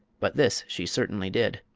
but this she certainly did.